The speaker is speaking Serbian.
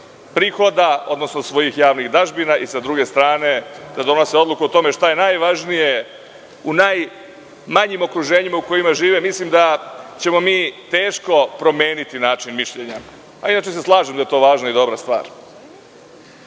prihoda, odnosno svojih dažbina, sa druge strane, da donose odluku o tome šta je najvažnije u najmanjim okruženjima u kojima žive, mislim da ćemo mi teško promeniti način mišljenja. Inače se slažem da je to važna i dobra stvar.U